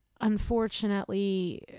unfortunately